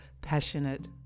passionate